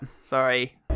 Sorry